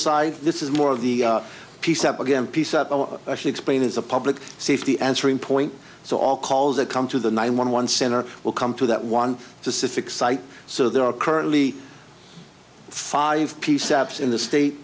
side this is more of the piece up again piece actually explained is a public safety answering point so all calls that come to the nine one one center will come to that one specific site so there are currently five p c apps in the state